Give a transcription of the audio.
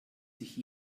sich